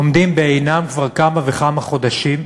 עומדים בעינם כבר כמה וכמה חודשים,